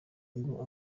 ngo